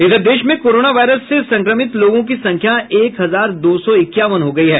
इधर देश में कोरोना वायरस से संक्रमित लोगों की संख्या एक हजार दो सौ इक्यावन हो गई है